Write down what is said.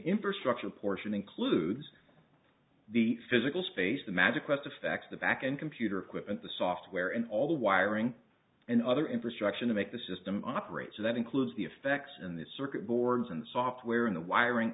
infrastructure portion includes the physical space the magic with the facts the back end computer equipment the software and all the wiring and other infrastructure to make the system operates that includes the effects and the circuit boards and software in the wiring